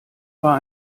war